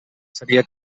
seria